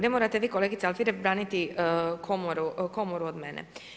Ne morate vi kolege Alfirev, braniti komoru od mene.